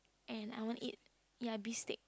and I want eat ya beef steak